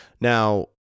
Now